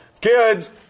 Kids